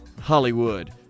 Hollywood